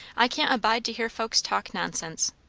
i can't abide to hear folks talk nonsense.